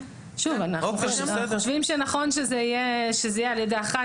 שוב, אנחנו חושבים שנכון שזה יהיה על ידי אחראי.